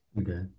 okay